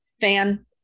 fan